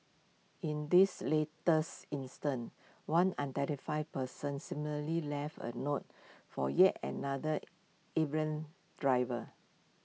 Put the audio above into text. in this latest instance one unidentified person similarly left A note for yet another errant driver